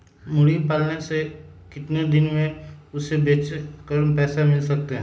मुर्गी पालने से कितने दिन में हमें उसे बेचकर पैसे मिल सकते हैं?